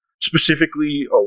specifically